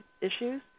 issues